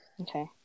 Okay